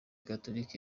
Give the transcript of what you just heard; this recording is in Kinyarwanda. gatolika